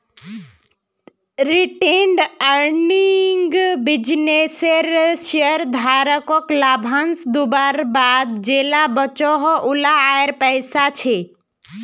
retained earning बिज्नेसेर शेयरधारकोक लाभांस दुआर बाद जेला बचोहो उला आएर पैसा छे